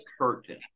curtain